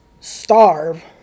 starve